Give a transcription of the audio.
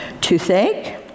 toothache